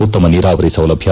ಉತ್ತಮ ನೀರಾವರಿ ಸೌಲಭ್ಯ